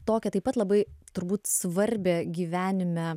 tokią taip pat labai turbūt svarbią gyvenime